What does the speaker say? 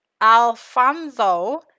Alfonso